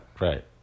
Right